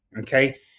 okay